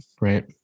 right